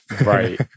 Right